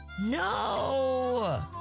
No